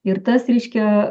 ir tas reiškia